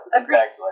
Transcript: agreed